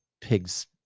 pig's